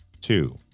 two